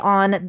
on